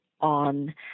on